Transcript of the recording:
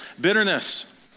bitterness